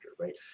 right